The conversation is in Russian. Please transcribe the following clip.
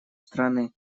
страны